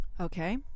Okay